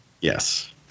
Yes